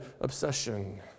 obsession